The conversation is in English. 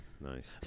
Nice